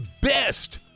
best